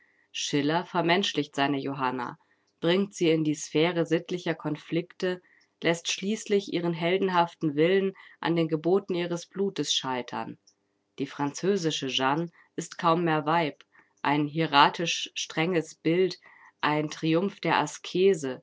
schiller vermenschlicht seine johanna bringt sie in die sphäre sittlicher konflikte läßt schließlich ihren heldenhaften willen an den geboten ihres blutes scheitern die französische jeanne ist kaum mehr weib ein hieratisch strenges bild ein triumph der askese